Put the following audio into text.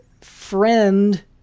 friend